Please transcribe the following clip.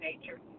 nature